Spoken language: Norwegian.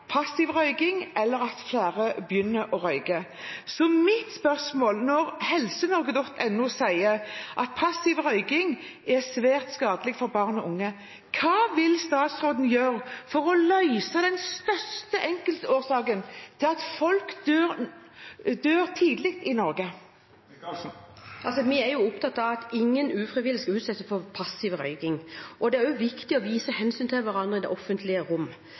passiv røyking eller å hindre at flere begynner å røyke. Mitt spørsmål, når helsenorge.no sier at passiv røyking er svært skadelig for barn og unge, er: Hva vil statsråden gjøre for å løse den største enkeltårsaken til at folk dør for tidlig i Norge? Vi er opptatt av at ingen ufrivillig skal utsettes for passiv røyking. Det er også viktig å vise hensyn til hverandre i det offentlige rom.